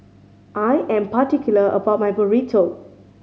I am particular about my Burrito